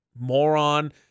moron